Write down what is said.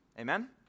Amen